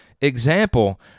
example